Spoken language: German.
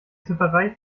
tipperei